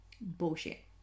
Bullshit